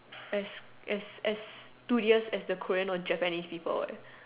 as as as studious as the Korean or Japanese people eh